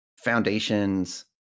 foundations